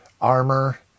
armor